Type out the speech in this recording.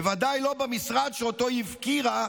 בוודאי לא במשרד שהיא הפקירה,